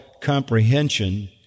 comprehension